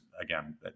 again